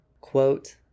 Quote